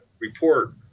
report